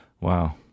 Wow